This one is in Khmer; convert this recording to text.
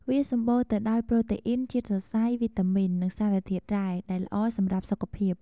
វាសម្បូរទៅដោយប្រូតេអ៊ីន ជាតិសរសៃ វីតាមីន និងសារធាតុរ៉ែ ដែលល្អសម្រាប់សុខភាព។